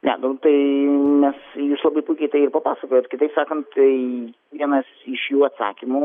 ne nu tai nes jus labai puikiai tai ir papasakot kitaip sakant tai vienas iš jų atsakymų